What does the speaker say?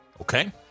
Okay